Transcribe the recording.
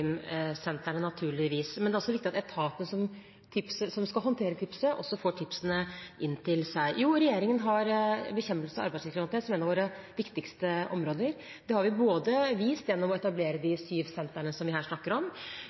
viktig at etaten som skal håndtere tipsene, får tipsene inn til seg. Regjeringen har bekjempelse av arbeidslivskriminalitet som et av sine viktigste områder. Det har vi vist gjennom å etablere de syv sentrene som vi her snakker om,